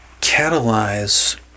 catalyze